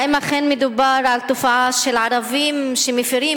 האם אכן מדובר על תופעה של ערבים שמפירים,